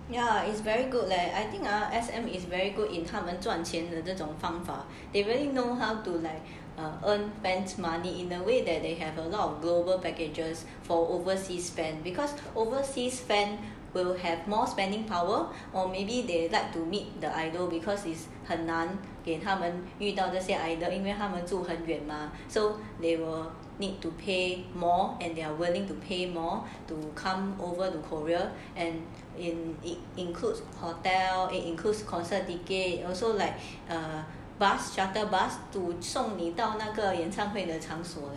the ya it's very good leh I think ah S_M is very good in 他们赚钱的这种方法 they really know how to like earn fans money in a way that they have a lot of global packages for overseas fans because overseas fans will have more spending power or maybe they like to meet the idol because 很难给他们遇到这些 idol 因为他们住很远 mah so they will need to pay more and they are willing to pay more to come over to korea and in it includes hotel includes concert ticket also like a bus shuttle bus to 送你到那个演唱会的场所